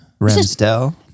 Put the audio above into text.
Ramsdale